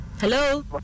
Hello